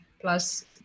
plus